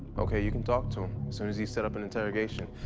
okay, you can talk to him. soon as he's set up in interrogation.